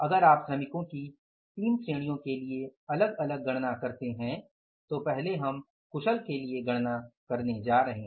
अगर आप श्रमिकों की 3 श्रेणियों के लिए अलग अलग गणना करते हैं तो पहले हम कुशल के लिए गणना करने जा रहे हैं